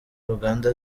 uganda